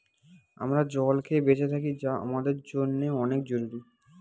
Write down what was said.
আমরা জল খেয়ে বেঁচে থাকি যা আমাদের জন্যে অনেক জরুরি